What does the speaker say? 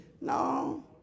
No